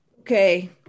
Okay